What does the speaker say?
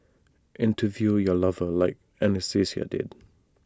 interview your lover like Anastasia did